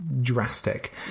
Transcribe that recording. drastic